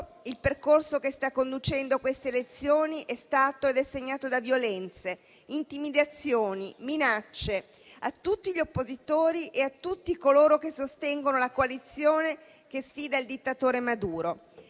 il percorso che sta conducendo a queste elezioni è stato ed è segnato da violenze, intimidazioni, minacce a tutti gli oppositori e a tutti coloro che sostengono la coalizione che sfida il dittatore Maduro.